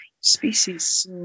species